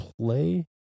play